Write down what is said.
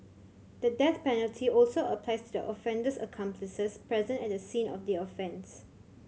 the death penalty also applies to the offender's accomplices present at the scene of the offence